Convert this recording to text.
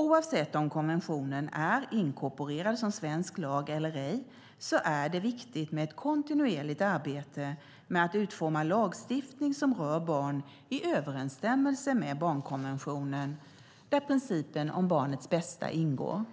Oavsett om konventionen är inkorporerad som svensk lag eller ej är det viktigt med ett kontinuerligt arbete med att utforma lagstiftning som rör barn i överensstämmelse med barnkonventionen, där principen om barnets bästa ingår.